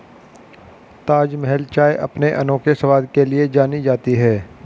ताजमहल चाय अपने अनोखे स्वाद के लिए जानी जाती है